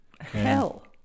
Hell